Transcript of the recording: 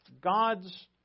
God's